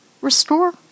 restore